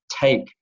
take